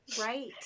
Right